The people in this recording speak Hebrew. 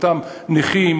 אותם נכים,